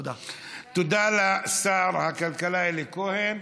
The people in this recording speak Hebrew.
תודה לשר הכלכלה אלי כהן.